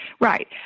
Right